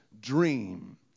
dream